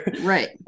right